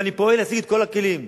ואני פועל להשיג את כל הכלים,